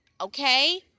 Okay